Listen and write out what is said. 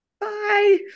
Bye